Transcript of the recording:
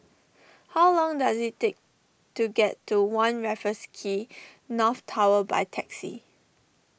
how long does it take to get to one Raffles Quay North Tower by taxi